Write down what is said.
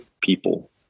people